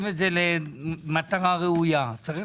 אחר.